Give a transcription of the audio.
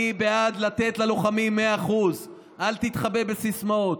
אני בעד לתת ללוחמים 100%. אל תתחבא עם סיסמאות,